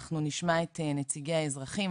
אנחנו נשמע את נציגי האזרחים,